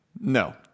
No